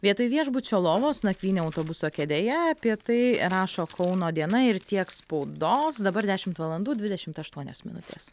vietoj viešbučio lovos nakvynė autobuso kėdėje apie tai rašo kauno diena ir tiek spaudos dabar dešimt valandų dvidešimt aštuonios minutės